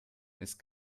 ist